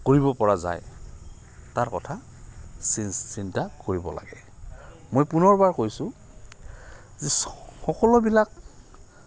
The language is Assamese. কৰিব পৰা যায় তাৰ কথা চিন্তা কৰিব লাগে মই পুনৰবাৰ কৈছোঁ যে সকলোবিলাক